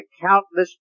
countless